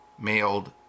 mailed